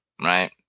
right